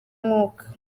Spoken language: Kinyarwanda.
umwuka